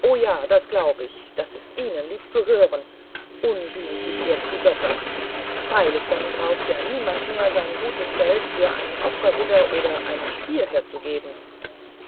o ja das glaub ich das ist ihnen lieb zu hören unblutig ehrt die götter freilich dann braucht ja niemand mehr sein gutes geld für einen opferwidder oder einen stier herzugeben